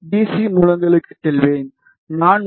C மூலங்களுக்குச் செல்வேன் நான் ஒரு டி